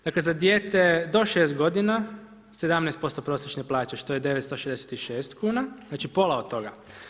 Dakle za dijete do 6 godina, 17% prosječne plaće što je 966 kuna, znači pola od toga.